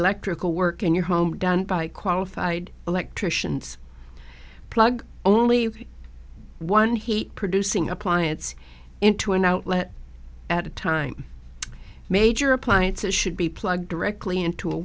electrical work in your home done by qualified electricians plug only one heat producing appliance into an outlet at a time major appliances should be plugged directly into a